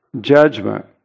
judgment